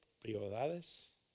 prioridades